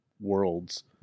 worlds